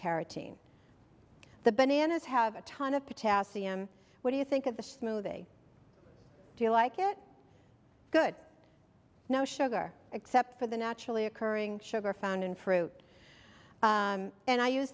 carotene the bananas have a ton of potassium what do you think of the movie do you like it good no sugar except for the naturally occurring sugar found in fruit and i use